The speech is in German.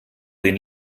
den